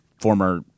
former